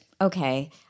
Okay